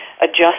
adjust